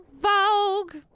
Vogue